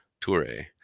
Touré